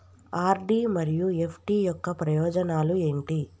RD మరియు FD యొక్క ప్రయోజనాలు ఏంటి?